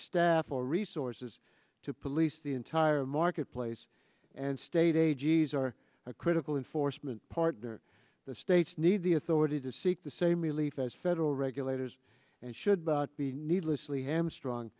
staff or resources to police the entire marketplace and state agencies are critical in forstmann partner the states need the authority to seek the same relief as federal regulators and should not be needlessly ham strung